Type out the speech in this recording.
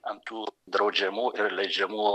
ant tų draudžiamų ir leidžiamų